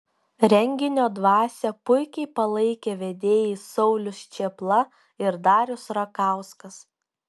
renginio dvasią puikiai palaikė vedėjai saulius čėpla ir darius rakauskas